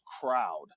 crowd